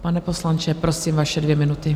Pane poslanče, prosím, vaše dvě minuty.